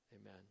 Amen